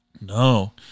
No